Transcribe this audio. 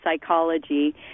psychology